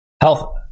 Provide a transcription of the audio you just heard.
Health